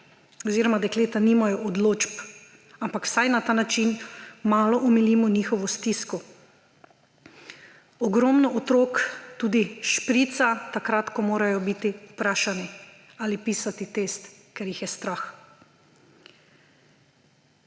oziroma dekleta nimajo odločb, ampak vsaj na ta način malo omilimo njihovo stisko. Ogromno otrok tudi šprica, takrat ko morajo biti vprašani ali pisati test, ker jih je strah.